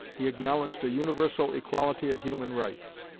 he acknowledged a universal equality of human rights.